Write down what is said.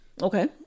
Okay